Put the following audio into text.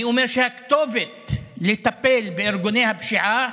אני אומר שהכתובת לטפל בארגוני הפשיעה,